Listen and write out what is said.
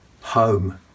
home